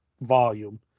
volume